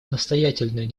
настоятельную